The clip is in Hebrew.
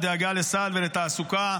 דאגה לסעד ולתעסוקה,